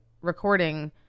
recording